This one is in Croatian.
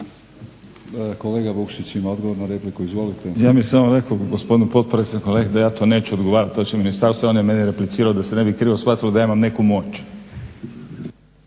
laburisti - Stranka rada)** Ja bih samo rekao gospodinu potpredsjedniku da ja to neću odgovarati. To će ministarstvo. On je meni replicirao da se ne bi krivo shvatilo da ja imam neku moć.